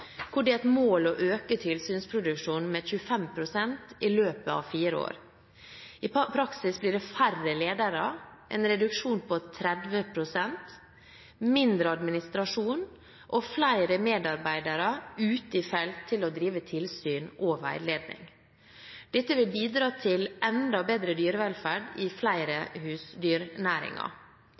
hvor det er et mål å øke tilsynsproduksjonen med 25 pst. i løpet av fire år. I praksis blir det færre ledere – en reduksjon på 30 pst. – mindre administrasjon og flere medarbeidere ute i felt til å drive tilsyn og veiledning. Dette vil bidra til enda bedre dyrevelferd i